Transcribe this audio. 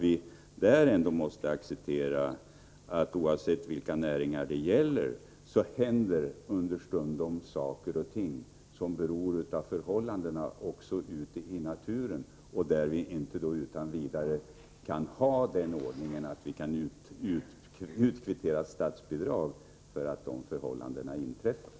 Jag tror att vi, oavsett vilka näringar det gäller, måste acceptera att det understundom händer saker och ting som har att göra med förhållandena ute i naturen och att vi inte utan vidare kan ha den ordningen att man i sådana fall kan utkvittera statsbidrag.